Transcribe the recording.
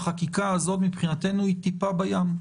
החקיקה הזאת מבחינתנו היא טיפה בים,